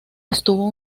estuvo